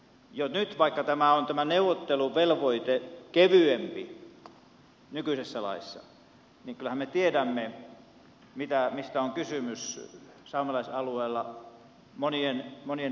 jo nyt vaikka tämä neuvotteluvelvoite on kevyempi nykyisessä laissa kyllähän me tiedämme mistä on kysymys saamelaisalueella monien elinkeinohankkeitten kohdalla